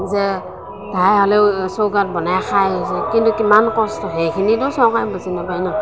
যে ধাৰ হ'লেও চৌকাত বনাই খাই আহিছে কিন্তু কিমান কষ্ট সেইখিনিতো চৰকাৰে বুজি নাপায় ন